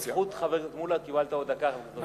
בזכות חבר הכנסת מולה קיבלת דקה נוספת.